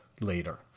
later